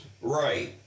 Right